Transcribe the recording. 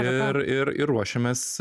ir ir ir ruošiamės